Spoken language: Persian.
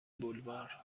بلوار